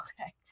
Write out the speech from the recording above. Okay